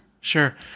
Sure